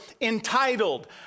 entitled